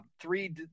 Three